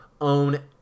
own